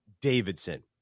Davidson